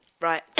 Right